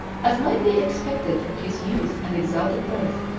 as might be expected from his youth and exalted birth,